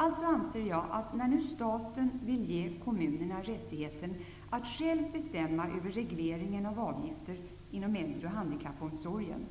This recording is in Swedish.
Alltså anser jag att när nu staten vill ge kommunerna rättigheten att själva bestämma över regleringen av avgifter inom äldre och handikappomsorgen,